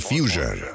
Fusion